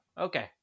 Okay